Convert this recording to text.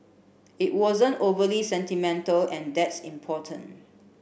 it wasn't overly sentimental and that's important